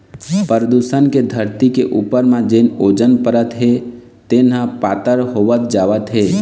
परदूसन के धरती के उपर म जेन ओजोन परत हे तेन ह पातर होवत जावत हे